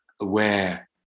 aware